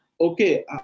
okay